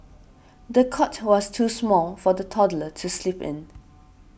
the cot was too small for the toddler to sleep in